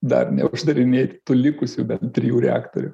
dar neuždarinėti tų likusių trijų reaktorių